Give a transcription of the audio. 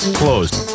closed